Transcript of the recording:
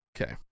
Okay